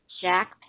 Jack